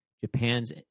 Japan's